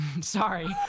Sorry